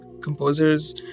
composers